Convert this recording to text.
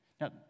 Now